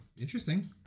interesting